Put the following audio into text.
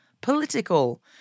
political